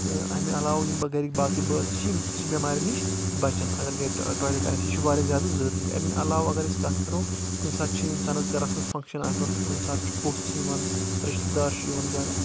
تہٕ امہِ علاوٕ یِم مےٚ گرکۍ باقٕے بٲژ چھِ یِم تہِ چھِ بٮ۪ماریو نِش بچان اگر گرِ ٹولیٹ آسہِ یہِ چھُ واریاہ زیادٕ ضروٗری امہِ علاوٕ اگر أسۍ کتھ کرو کُنہِ ساتہٕ چھُ انسانس گرس منٛز فنگشن آسان کُنہِ ساتہٕ چھُ پوٚژھ یِوان رشتہٕ دار چھُ یِوان گرٕ